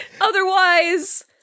Otherwise